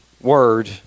word